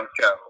show